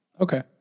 Okay